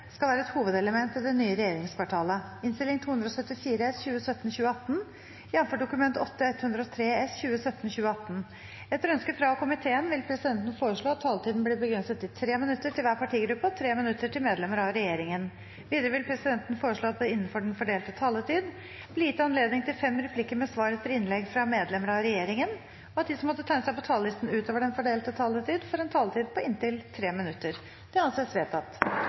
skal ha levende og gode lokalsamfunn i hele landet. Debatten i sak nr. 4 er dermed avsluttet. Etter ønske fra justiskomiteen vil presidenten foreslå at taletiden blir begrenset til 5 minutter til hver partigruppe og 5 minutter til medlemmer av regjeringen. Videre vil presidenten foreslå at det – innenfor den fordelte taletid – blir gitt anledning til replikkordskifte på inntil fem replikker med svar etter innlegg fra medlemmer av regjeringen, og at de som måtte tegne seg på talerlisten utover den fordelte taletid, får en taletid på inntil 3 minutter. – Det anses vedtatt.